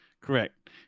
Correct